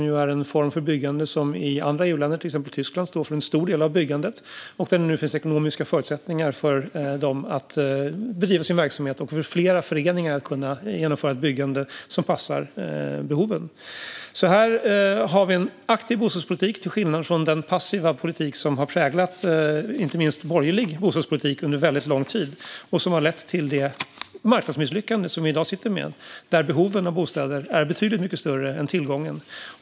Det är en form för byggande som i andra EU-länder, till exempel Tyskland, står för en stor del av byggandet. Det finns nu ekonomiska förutsättningar för dem att bedriva sin verksamhet. Fler föreningar kan genomföra byggande som passar behoven. Vi har alltså en aktiv bostadspolitik, till skillnad från den passiva politik som under lång tid har präglat inte minst borgerlig bostadspolitik och som har lett till det marknadsmisslyckande som vi i dag sitter med. Behovet av bostäder är betydligt större än tillgången.